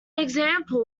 example